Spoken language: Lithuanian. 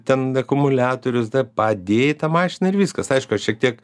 ten akumuliatorius dar padėjai tą mašiną ir viskas aišku aš šiek tiek